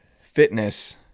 fitness